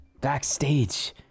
Backstage